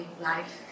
life